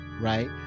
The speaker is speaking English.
right